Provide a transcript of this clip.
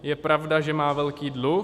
Je pravda, že má velký dluh.